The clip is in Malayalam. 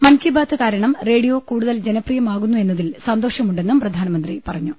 മൻകി ബാത് കാരണം റേഡിയോ കൂടുതൽ ജനപ്രിയമാകുന്നു എന്നതിൽ സന്തോഷമുണ്ടെന്നും പ്രധാനമന്ത്രി പറഞ്ഞു